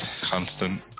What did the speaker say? constant